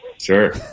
Sure